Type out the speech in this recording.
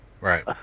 Right